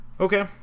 Okay